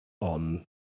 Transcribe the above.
on